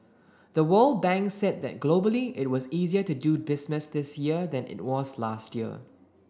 the World Bank said that globally it was easier to do business this year than it was last year